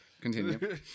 Continue